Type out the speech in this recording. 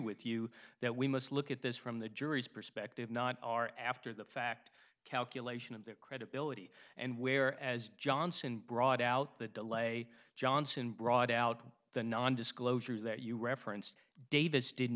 with you that we must look at this from the jury's perspective not our after the fact calculation of the credibility and where as johnson brought out the delay johnson brought out the non disclosures that you referenced davis did